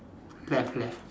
left left